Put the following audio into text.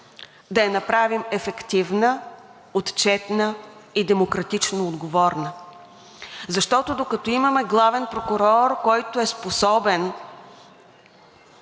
да я направим ефективна, отчетна и демократично отговорна, защото, докато имаме главен прокурор, който е способен